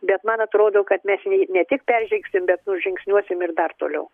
bet man atrodo kad mes ne tik peržengsim bet nužingsniuosim ir dar toliau